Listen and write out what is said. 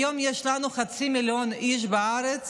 היום יש לנו חצי מיליון איש בארץ